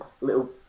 little